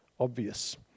obvious